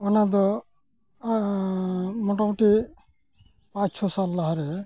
ᱚᱱᱟᱫᱚ ᱢᱳᱴᱟᱢᱩᱴᱤ ᱯᱟᱪᱼᱪᱷᱚ ᱥᱟᱞ ᱞᱟᱦᱟᱨᱮ